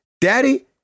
Daddy